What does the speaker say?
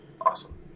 Awesome